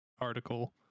article